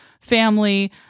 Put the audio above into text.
family